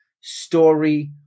story